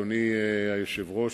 אדוני היושב-ראש,